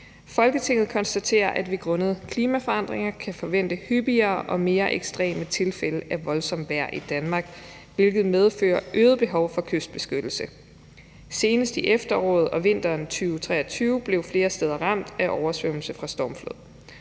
»Folketinget konstaterer, at vi grundet klimaforandringer kan forvente hyppigere og mere ekstreme tilfælde af voldsomt vejr i Danmark, hvilket medfører øget behov for kystbeskyttelse. Senest i efteråret og vinteren 2023 blev flere steder ramt af oversvømmelser fra stormflod.